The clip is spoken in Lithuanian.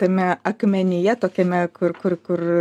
tame akmenyje tokiame kur kur kur